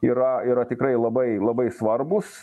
yra yra tikrai labai labai svarbūs